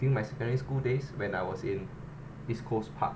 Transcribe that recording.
during my secondary school days when I was in east coast park